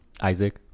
Isaac